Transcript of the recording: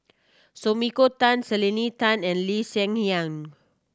Sumiko Tan Selena Tan and Lee Hsien Yang